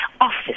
office